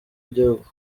igihugu